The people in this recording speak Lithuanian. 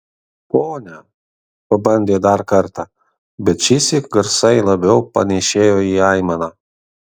pone pabandė dar kartą bet šįsyk garsai labiau panėšėjo į aimaną